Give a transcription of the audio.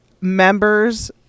members